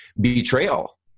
betrayal